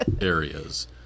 areas